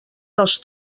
dels